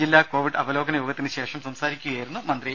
ജില്ലാ കോവിഡ് അവലോകന യോഗത്തിനുശേഷം സംസാരിക്കുകയായിരുന്നു അദ്ദേഹം